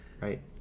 Right